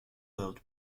world